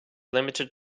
limited